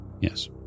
yes